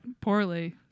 poorly